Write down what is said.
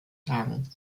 tagen